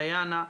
ליאנה,